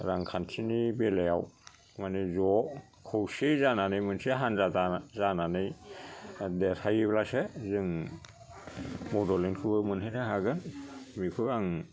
रांखान्थिनि बेलायाव मानि ज' खौसे जानानै मोनसे हान्जा दाना जानानै देरहायोब्लासो जों बड'लेण्डखौबो मोनहैनो हागोन बेखौ आं